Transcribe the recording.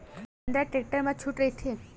का महिंद्रा टेक्टर मा छुट राइथे?